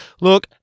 Look